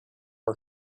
are